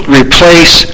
replace